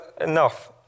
enough